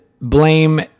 blame